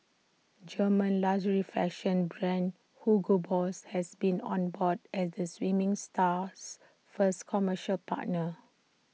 German luxury fashion brand Hugo boss has been on board as the swimming star's first commercial partner